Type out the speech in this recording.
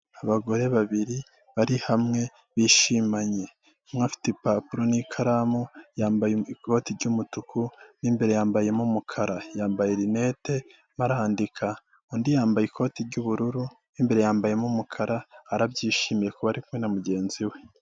Abagore babiri bari hamwe bishimanye umwe afite ibipapuro n'ikaramu yambaye ikoti ry'umutuku mu imbere yambayemo umukara, yambaye rinete arimo arandika, undi yambaye ikoti ry'ubururu mu imbere yambayemo umukara arabyishimiye kuba ari kumwe na mugenzi we.